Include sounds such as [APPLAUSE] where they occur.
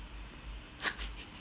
[LAUGHS]